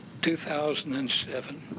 2007